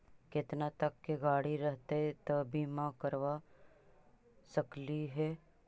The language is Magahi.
केतना तक के गाड़ी रहतै त बिमा करबा सकली हे?